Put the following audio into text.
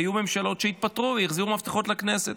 היו ממשלות שהתפטרו והחזירו את המפתחות לכנסת.